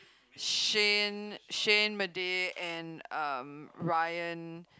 Shane-Madej and um Ryan